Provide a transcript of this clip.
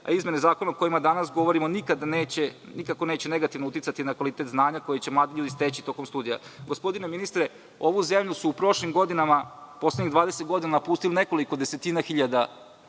a izmene zakona o kojima danas govorimo nikako neće negativno uticati na kvalitet znanja kojima će mladi steći tokom studija. Gospodine ministre, ovu zemlju su u prošlim godinama poslednjih 20 godina napustili nekoliko desetina hiljada